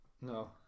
No